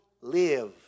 live